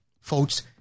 Folks